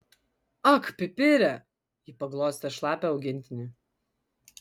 ak pipire ji paglostė šlapią augintinį